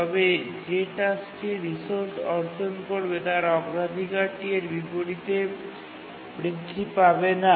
তবে যে টাস্কটি রিসোর্স অর্জন করবে তার অগ্রাধিকারটি এর বিপরীতে বৃদ্ধি পাবে না